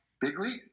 bigly